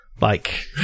like-